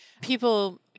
people